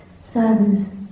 sadness